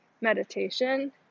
meditation